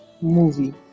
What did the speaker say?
movie